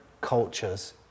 cultures